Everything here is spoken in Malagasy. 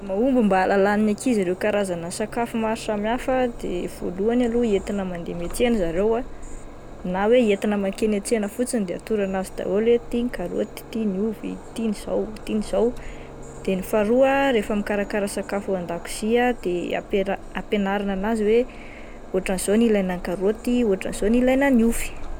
Fomba mahomby mba alalan'ny ankizy ireo karazana sakafo maro samy hafa de voalohany aloha entina mandeha miantsena zareo ah na hoe entina makeny an-tsena fotsiny de atoro anazy daholo hoe ity ny karoty, ity ny ovy, ity ny izao, ity ny izao. De ny faharoa rehefa mikarakara sakafo ao an-dakozia ah de ampiara-ampianarina anazy hoe ohatran'izao ny ilaina nykaroty, ohatran'izao ny ilaina ny ovy.